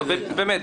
באמת,